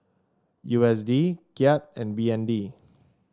U S D Kyat and B N D